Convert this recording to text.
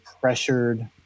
pressured